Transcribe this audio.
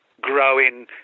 growing